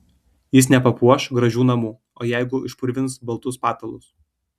jis nepapuoš gražių namų o jeigu išpurvins baltus patalus